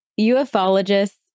ufologists